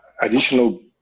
Additional